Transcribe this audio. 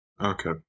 okay